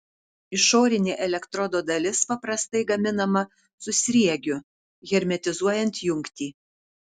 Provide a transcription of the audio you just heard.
išorinė elektrodo dalis paprastai gaminama su sriegiu hermetizuojant jungtį